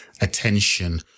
attention